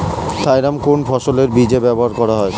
Thiram কোন ফসলের বীজে ব্যবহার করা হয়?